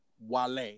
Wale